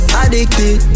addicted